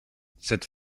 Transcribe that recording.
cette